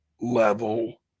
level